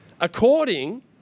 According